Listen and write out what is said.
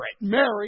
Mary